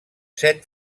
set